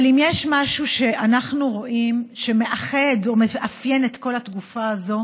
אבל אם יש משהו שאנחנו רואים שמאחד או מאפיין את כל התקופה הזאת